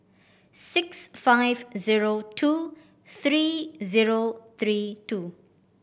six five zero two three zero three two